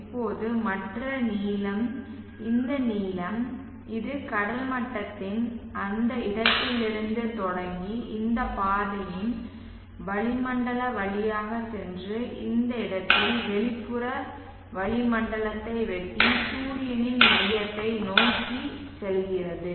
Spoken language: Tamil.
இப்போது மற்ற நீளம் இந்த நீளம் இது கடல் மட்டத்தில் அந்த இடத்திலிருந்து தொடங்கி இந்த பாதையில் வளிமண்டலம் வழியாகச் சென்று இந்த இடத்தில் வெளிப்புற வளிமண்டலத்தை வெட்டி சூரியனின் மையத்தை நோக்கி செல்கிறது